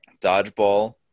Dodgeball